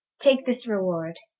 take this reward,